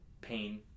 pain